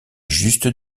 juste